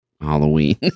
Halloween